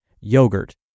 yogurt